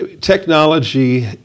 technology